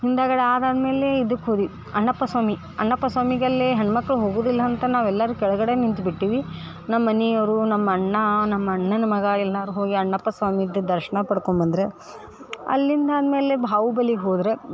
ಹಿಂದುಗಡೆ ಅದು ಆದಮೇಲೆ ಇದಕ್ಕೆ ಹೋದ್ವಿ ಅಣ್ಣಪ್ಪ ಸ್ವಾಮಿ ಅಣ್ಣಪ್ಪ ಸ್ವಾಮಿಗೆ ಅಲ್ಲಿ ಹೆಣ್ಣು ಮಕ್ಳು ಹೋಗುವುದಿಲ್ಲ ಅಂತ ನಾವೆಲ್ಲರೂ ಕೆಳಗಡೆ ನಿಂತುಬಿಟ್ಟಿವಿ ನಮ್ಮ ಮನಿಯವರು ನಮ್ಮ ಅಣ್ಣ ನಮ್ಮ ಅಣ್ಣನ ಮಗ ಎಲ್ಲರೂ ಹೋಗಿ ಅಣ್ಣಪ್ಪ ಸ್ವಾಮಿದು ದರ್ಶನ ಪಡ್ಕೊಂಬಂದ್ರು ಅಲ್ಲಿಂದು ಆದಮೇಲೆ ಬಾಹುಬಲಿಗೆ ಹೋದ್ರು